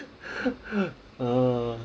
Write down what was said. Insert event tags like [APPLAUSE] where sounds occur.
[LAUGHS] orh